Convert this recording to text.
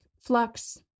Flux